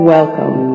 Welcome